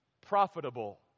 profitable